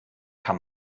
kann